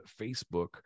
Facebook